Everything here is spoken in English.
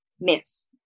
miss